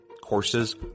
Courses